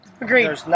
Agreed